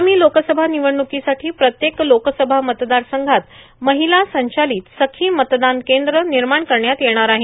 आगामी लोकसभा भिनवडणुकांसाठी प्रत्येक लोकसभा मतदारसंघात र्माहला संचर्चालत सखी मतदान कद्र ानमाण करण्यात येणार आहे